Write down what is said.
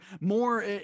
more